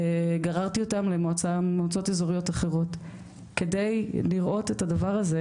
גררתי אותם למועצות אזוריות אחרות כדי לראות את הדבר הזה,